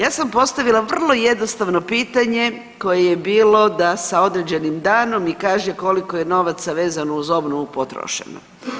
Ja sam postavila vrlo jednostavno pitanje koje je bilo da sa određenim danom mi kaže koliko je novaca vezano uz obnovu potrošeno.